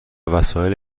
وسایل